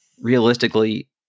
realistically